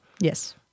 Yes